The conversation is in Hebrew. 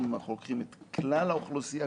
אם אנחנו לוקחים את כלל האוכלוסייה,